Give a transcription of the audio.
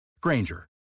Granger